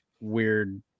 weird